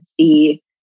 see